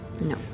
No